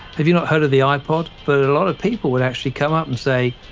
have you not heard of the ipod, but a lot of people would actually come up and say,